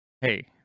Hey